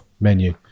menu